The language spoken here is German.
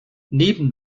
neben